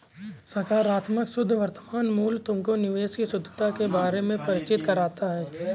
सकारात्मक शुद्ध वर्तमान मूल्य तुमको निवेश की शुद्धता के बारे में परिचित कराता है